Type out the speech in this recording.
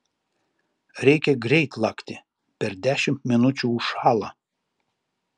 reikia greit lakti per dešimt minučių užšąla